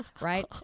right